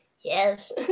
Yes